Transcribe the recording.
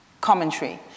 commentary